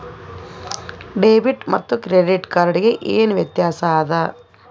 Debit ಮತ್ತ credit card ಗೆ ಏನ ವ್ಯತ್ಯಾಸ ಆದ?